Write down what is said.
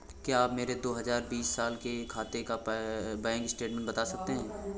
क्या आप मेरे दो हजार बीस साल के खाते का बैंक स्टेटमेंट बता सकते हैं?